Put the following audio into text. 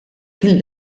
kien